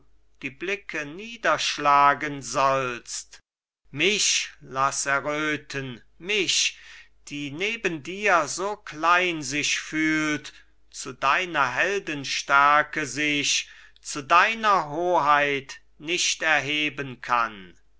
die blicke niederschlagen sollst mich laß erröten mich die neben dir so klein sich fühlt zu deiner heldenstärke sich zu deiner hoheit nicht erheben kann